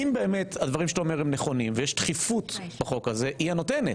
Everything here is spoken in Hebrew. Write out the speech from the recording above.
אם באמת הדברים שאתה אומר הם נכונים ויש דחיפות בחוק הזה היא הנותנת.